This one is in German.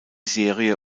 serie